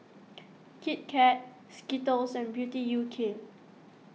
Kit Kat Skittles and Beauty U K